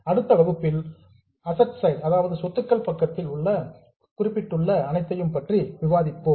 அடுத்த வகுப்பில் asset side சொத்துக்கள் பக்கத்தில் குறிப்பிட்டுள்ளது பற்றி விவாதிப்போம்